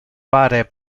pare